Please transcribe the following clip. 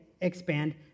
Expand